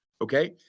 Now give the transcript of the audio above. okay